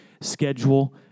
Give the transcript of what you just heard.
schedule